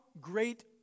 great